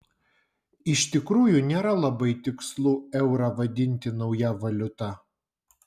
iš tikrųjų nėra labai tikslu eurą vadinti nauja valiuta